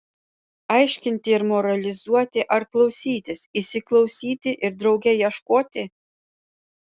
aiškinti ir moralizuoti ar klausytis įsiklausyti ir drauge ieškoti